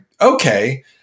okay